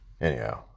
Anyhow